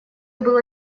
было